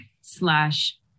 slash